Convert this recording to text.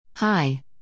Hi